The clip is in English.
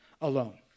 alone